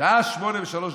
שעה 20:03,